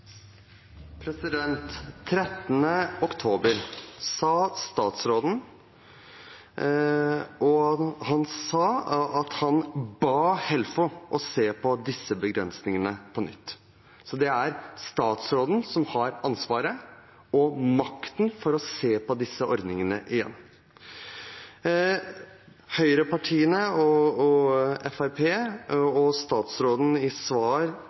sa statsråden at han ba Helfo se på disse begrensningene på nytt. Det er statsråden som har ansvaret og makten til å se på disse ordningene igjen. Høyrepartiene, Fremskrittspartiet og statsråden i svar